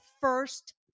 first